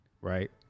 right